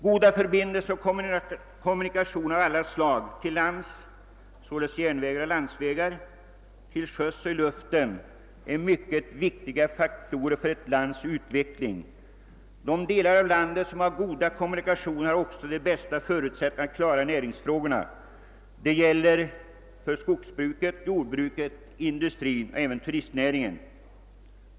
Goda förbindelser och kommunikationer av alla slag till lands — således på järnvägar och på landsvägar — till sjöss och i luften är viktiga faktorer för ett lands utveckling. De delar av landet som har goda kommunikationer äger också de bästa förutsättningarna att klara näringsfrågorna. Detta gäller skogsbruket, jordbruket, industrin och även turistnäringen.